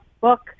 book